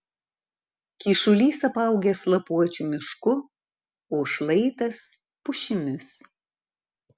kyšulys apaugęs lapuočių mišku o šlaitas pušimis